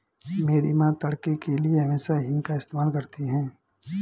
मेरी मां तड़के के लिए हमेशा हींग का इस्तेमाल करती हैं